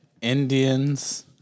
Indians